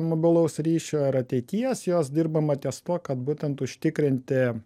mobilaus ryšio ir ateities jos dirbama ties tuo kad būtent užtikrinti